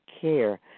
care